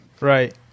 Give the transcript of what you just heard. Right